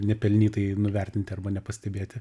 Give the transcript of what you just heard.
nepelnytai nuvertinti arba nepastebėti